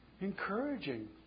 Encouraging